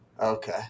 Okay